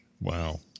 Wow